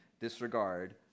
disregard